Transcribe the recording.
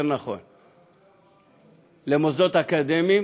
למוסדות אקדמיים,